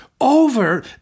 over